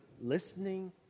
listening